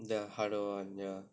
the harder [one] ya